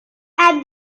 add